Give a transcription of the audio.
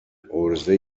عرضه